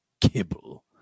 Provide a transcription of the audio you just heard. kibble